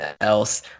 else